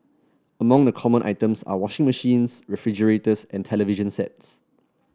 among the common items are washing machines refrigerators and television sets